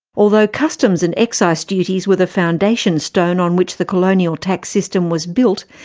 although customs and excise duties were the foundation stone on which the colonial tax system was built,